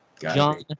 John